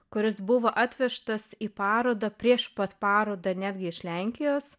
kuris buvo atvežtas į parodą prieš pat parodą netgi iš lenkijos